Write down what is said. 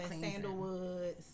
sandalwood